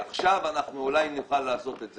עכשיו אולי נוכל לעשות את זה.